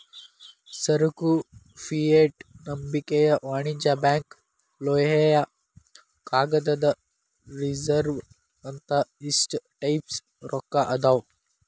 ಸರಕು ಫಿಯೆಟ್ ನಂಬಿಕೆಯ ವಾಣಿಜ್ಯ ಬ್ಯಾಂಕ್ ಲೋಹೇಯ ಕಾಗದದ ರಿಸರ್ವ್ ಅಂತ ಇಷ್ಟ ಟೈಪ್ಸ್ ರೊಕ್ಕಾ ಅದಾವ್